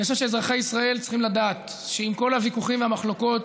אני חושב שאזרחי ישראל צריכים לדעת שעם כל הוויכוחים והמחלוקות,